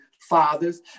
fathers